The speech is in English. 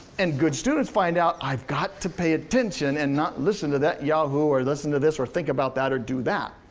and good students find out i've got to pay attention and not listen to that yahoo or listen to this or think about that or do that.